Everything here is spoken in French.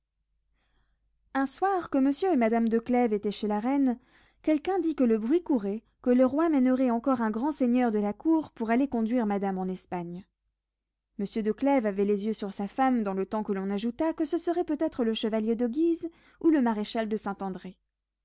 un soir que monsieur et madame de clèves étaient chez la reine quelqu'un dit que le bruit courait que le roi mènerait encore un grand seigneur de la cour pour aller conduire madame en espagne monsieur de clèves avait les yeux sur sa femme dans le temps que l'on ajouta que ce serait peut-être le chevalier de guise ou le maréchal de saint-andré